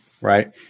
Right